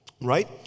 right